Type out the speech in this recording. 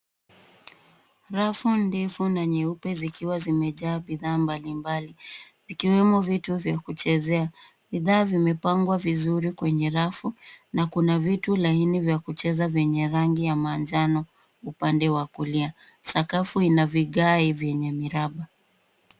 Rafu ndefu na nyeupe zikiwa zimejaa bidhaa mbalimbali, vikiwemo vitu vya kuchezea. Bidhaa vimepangwa vizuri kwenye rafu na kuna vitu laini vya kucheza vyenye rangi ya manjano upande wa kulia. Sakafu ina vigae vyenye miraba.